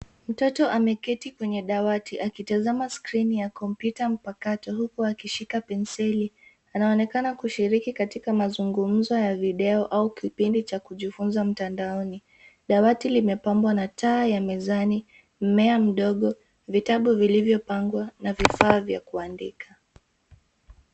Mtoto ameketi kwenye dawati akitazama skrini ya kompyuta mpakato huku akishika penseli. Anaonekana kushiriki katika mazungumzo ya video au kipindi cha kujifunza mtandaoni. Dawati limepambwa na taa ya mezani, mmea mdogo, vitabu vilivyopangwa na vifaa vya kuandika.